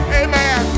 amen